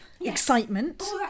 excitement